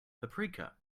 paprika